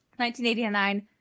1989